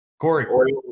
Corey